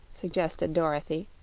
suggested dorothy.